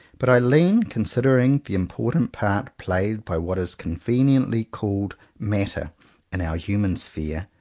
but i lean, considering the important part played by what is con veniently called matter in our human sphere,